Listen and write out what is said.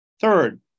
Third